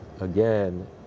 Again